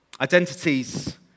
Identities